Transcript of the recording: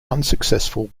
unsuccessful